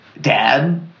Dad